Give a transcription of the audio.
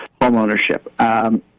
homeownership